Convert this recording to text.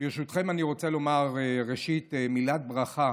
ברשותכם אני רוצה לומר, ראשית, מילת ברכה